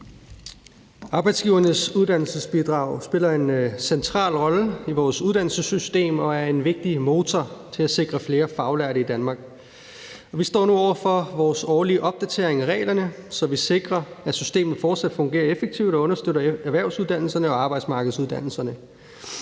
Arbejdsgivernes Uddannelsesbidrag spiller en central rolle i vores uddannelsessystem og er en vigtig motor til at sikre flere faglærte i Danmark, og vi står nu over for vores årlige opdatering af reglerne, så vi sikrer, at systemet fortsat fungerer effektivt og understøtter erhvervsuddannelserne og arbejdsmarkedsuddannelserne.